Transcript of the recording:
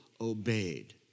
obeyed